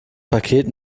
paket